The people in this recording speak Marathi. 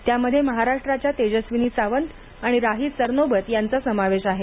त्यामध्ये महाराष्ट्राच्या तेजस्विनी सावंत आणि राही सरनोबत यांचा समावेश आहे